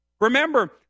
Remember